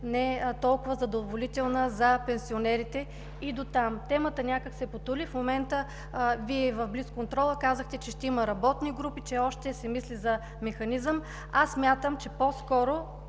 не толкова задоволителна за пенсионерите, и дотам. Темата някак се потули. В момента Вие в блицконтрола казахте, че ще има работни групи, че още се мисли за механизъм. Аз смятам, че по-скоро